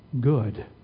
good